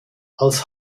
als